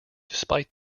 despite